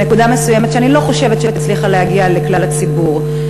נקודה מסוימת שאני לא חושבת שהצליחה להגיע לכלל הציבור,